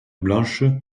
blanche